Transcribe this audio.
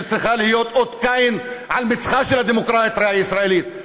שצריכה להיות אות קין על מצחה של הדמוקרטיה הישראלית,